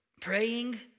praying